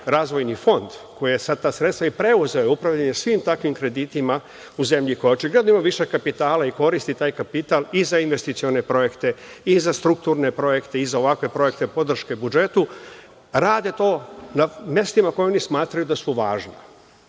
razvojni fond koji je sva ta sredstva preuzeo i upravljanje svim tim takvim kreditima u zemlji koja očigledno ima višak kapitala i koristi taj kapital i za investicione projekte i za strukturne projekte i za ovakve projekte podrške budžetu radi to na mestima na kojima oni smatraju da su važna.